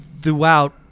throughout